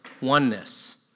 oneness